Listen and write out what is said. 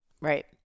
Right